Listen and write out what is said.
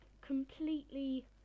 completely